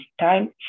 time